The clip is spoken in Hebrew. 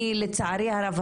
לצערי הרב,